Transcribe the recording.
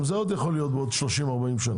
גם זה עוד יכול להיות בעוד 40-30 שנים.